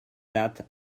that